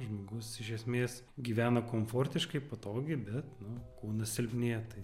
žmogus iš esmės gyvena komfortiškai patogiai bet nu kūnas silpnėja tai